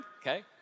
Okay